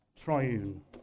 triune